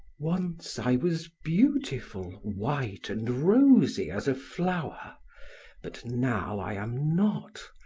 once i was beautiful, white and rosy as a flower but now i am not.